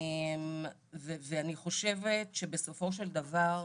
ואני חושבת שבסופו של דבר,